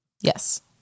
Yes